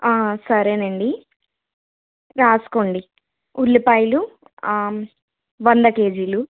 సరే అండి రాసుకోండి ఉల్లిపాయలు వంద కేజీలు